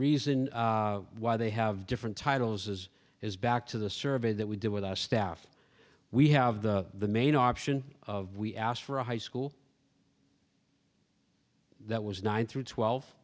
reason why they have different titles is is back to the survey that we did with our staff we have the main option of we asked for a high school that was nine through twel